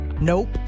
Nope